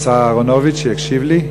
השר אהרונוביץ, שיקשיב לי?